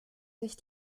sich